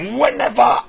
whenever